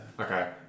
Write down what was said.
Okay